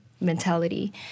mentality